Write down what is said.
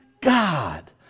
God